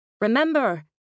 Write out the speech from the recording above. Remember